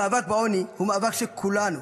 המאבק בעוני הוא מאבק של כולנו,